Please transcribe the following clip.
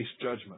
judgment